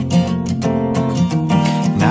Now